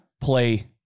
play